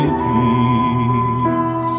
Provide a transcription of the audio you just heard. peace